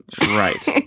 Right